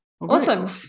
Awesome